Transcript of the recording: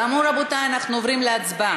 כאמור, רבותי, אנחנו עוברים להצבעה.